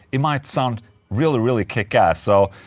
it might sound really really kick-ass so.